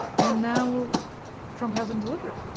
and now trump hasn't delivered.